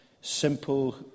simple